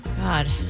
God